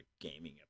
gaming